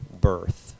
birth